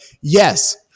yes